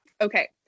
Okay